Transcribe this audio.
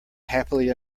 happily